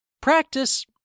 Practice